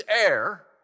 air